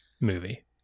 movie